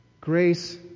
Grace